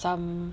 some